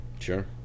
sure